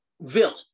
villain